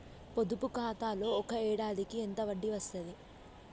పొదుపు ఖాతాలో ఒక ఏడాదికి ఎంత వడ్డీ వస్తది?